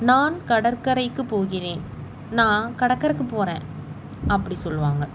நான் கடற்கரைக்கு போகிறேன் நான் கடக்கரைக்கு போகிறேன் அப்படி சொல்லுவாங்கள்